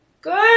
Good